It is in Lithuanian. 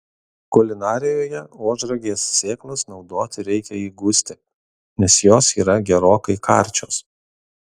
kulinarijoje ožragės sėklas naudoti reikia įgusti nes jos yra gerokai karčios